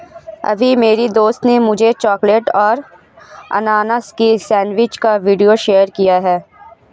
अभी मेरी दोस्त ने मुझे चॉकलेट और अनानास की सेंडविच का वीडियो शेयर किया है